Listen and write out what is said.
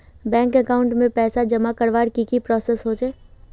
Bank account में पैसा जमा करवार की की प्रोसेस होचे?